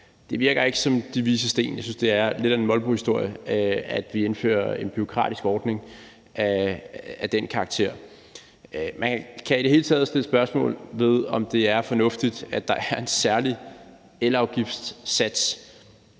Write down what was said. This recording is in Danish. Det virker ikke som de vises sten, og jeg synes, det er lidt af en molbohistorie, at vi indfører en bureaukratisk ordning af den karakter. Man kan i det hele taget sætte spørgsmålstegn ved, om det er fornuftigt, at der er en særlig elafgiftssats